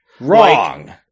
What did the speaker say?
Wrong